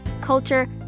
culture